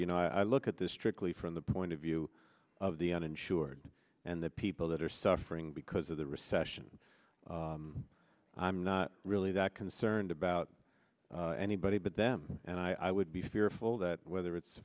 you know i look at this strictly from the point of view of the uninsured and the people that are suffering because of the recession i'm not really that concerned about anybody but them and i would be fearful that whether it's